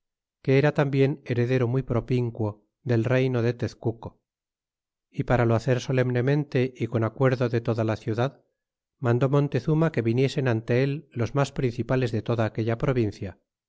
que era tambien heredero muy propinquo del reyno de tezcuco y para lo hacer solemnemente y con acuerdo de toda la ciudad mandó montezuma que viniesen ante él los mas principales de toda aquella provincia